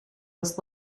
was